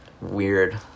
weird